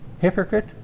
hypocrite